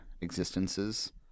existences